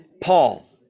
Paul